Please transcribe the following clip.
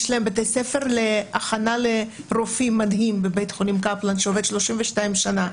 יש להם בתי ספר להכנה לרופאים מדהים בבית חולים קפלן שעובד 32 שנה,